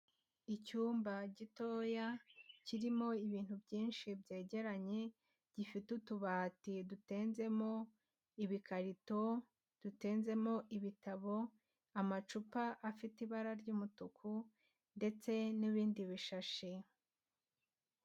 Icyumba gitoya kirimo ibintu byinshi byegeranye, gifite utubati dutenzemo ibikarito, dutenzemo ibitabo, amacupa afite ibara ry'umutuku ndetse n'ibindi bishashi.